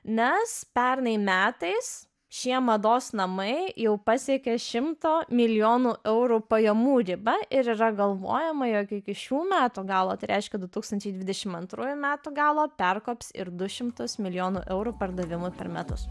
nes pernai metais šie mados namai jau pasiekė šimto milijonų eurų pajamų ribą ir yra galvojama jog iki šių metų galo tai reiškia du tūkstančiai dvidešim antrųjų metų galo perkops ir du šimtus milijonų eurų pardavimų per metus